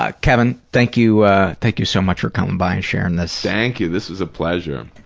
ah kevin, thank you thank you so much for coming by and sharing this. thank you. this was a pleasure.